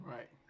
Right